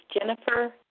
Jennifer